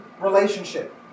relationship